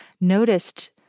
noticed